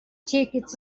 tickets